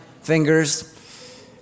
fingers